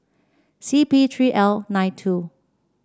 C P three L nine two